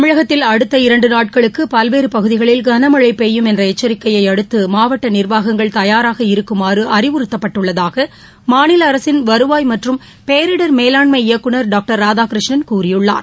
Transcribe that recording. தமிழகத்தில் அடுத்த இரண்டு நாட்களுக்கு பல்வேறு பகுதிகளில் களமழை பெய்யும் என்ற எச்சரிக்கையை அடுத்து மாவட்ட நிர்வாகங்கள் தயாராக இருக்குமாறு அறிவுறுத்தப்பட்டுள்ளதாக மாநில அரசின் வருவாய் மற்றும் பேரிடர் மேலாண்மை இயக்குனர் டாங்டர் ராதாகிருஷ்ணன் கூறியுள்ளார்